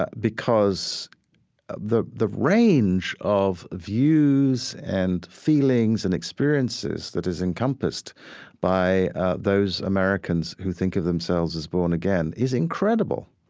because ah the the range of views and feelings and experiences that is encompassed by those americans who think of themselves as born again is incredible.